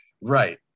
Right